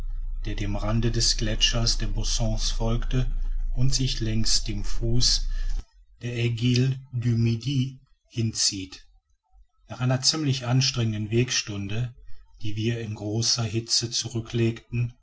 der dem rande des gletschers der bossons folgt und sich längs dem fuße der aiguille du midi hinzieht nach einer ziemlich anstrengenden wegstunde die wir in großer hitze zurücklegten